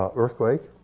ah earthquake.